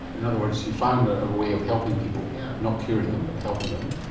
in other words you found a way of helping people, yeah not curing them, but helping them,